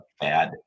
bad